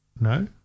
no